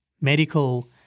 medical